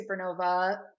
supernova